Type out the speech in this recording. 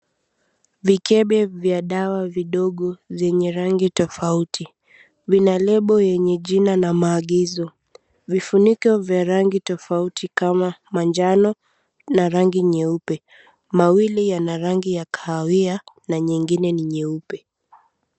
Vikebe vya dawa vidogo zenye rangi tofauti. Vina lebo yenye jina na maagizo. Vifuniko vya rangi tofauti kama manjano na rangi nyeupe. Mawili yana rangi ya kahawia na nyingine ni nyeupe.